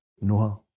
Noah